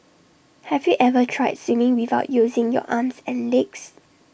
have you ever tried swimming without using your arms and legs